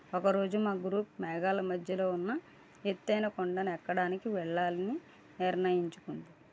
ఒకరోజు మా గ్రూప్ మేఘాల మధ్యలో ఉన్న ఎత్తైన కొండను ఎక్కడానికి వెళ్ళాలి అని నిర్ణయించుకున్నాం